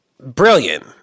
Brilliant